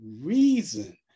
reason